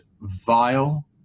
vile